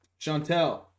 Chantel